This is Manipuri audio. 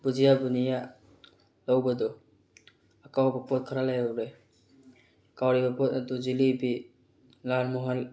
ꯕꯨꯖꯤꯌꯥ ꯕꯨꯅꯤꯌꯥ ꯂꯧꯕꯗꯣ ꯑꯀꯥꯎꯕ ꯄꯣꯠ ꯈꯔ ꯂꯩꯍꯧꯔꯦ ꯀꯥꯎꯔꯤꯕ ꯄꯣꯠ ꯑꯗꯨ ꯖꯤꯂꯤꯕꯤ ꯂꯥꯜ ꯃꯣꯍꯣꯟ